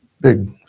big